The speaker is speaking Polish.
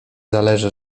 zależy